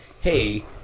Hey